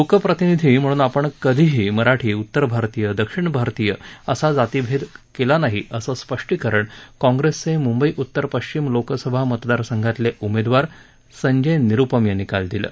लोकप्रतिनिधी म्हणून आपण कधीही मराठी उत्तर भारतीय दक्षिण भारतीय असा जातीय भेदभाव करत नाही असं स्पष्टीकरण कॉप्रेसचे मुंबई उत्तर पश्विम लोकसभा मतदारसंघातले उमेदवार संजय निरूपम यांनी काल दिलं